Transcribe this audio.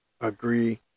agree